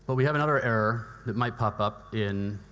but we have another error that might pop up in